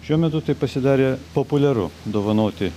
šiuo metu tai pasidarė populiaru dovanoti